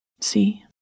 See